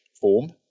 form